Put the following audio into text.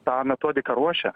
tą metodiką ruošia